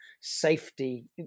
safety